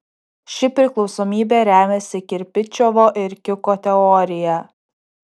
ši priklausomybė remiasi kirpičiovo ir kiko teorija